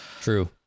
True